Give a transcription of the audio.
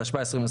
התשפ"א 2021